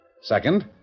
Second